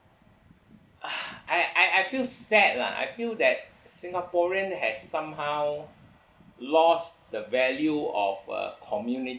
I I I feel sad lah I feel that singaporean has somehow lost the value of a communi~